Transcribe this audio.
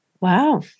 Wow